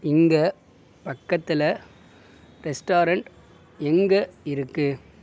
இங்கே பக்கத்தில் ரெஸ்டாரண்ட் எங்கே இருக்கு